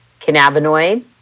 cannabinoid